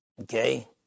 Okay